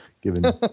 given